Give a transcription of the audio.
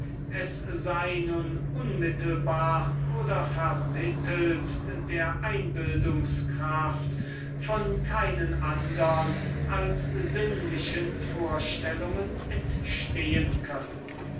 es sei nun unmittelbar oder vermittelst der einbildungskraft von keinen andern als sinnlichen vorstellungen entstehen können